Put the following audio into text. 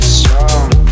strong